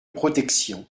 protection